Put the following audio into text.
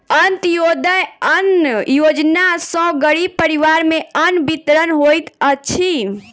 अन्त्योदय अन्न योजना सॅ गरीब परिवार में अन्न वितरण होइत अछि